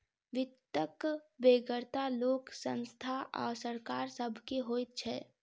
वित्तक बेगरता लोक, संस्था आ सरकार सभ के होइत छै